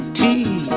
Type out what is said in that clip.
tea